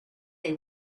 they